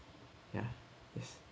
ya yes